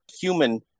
human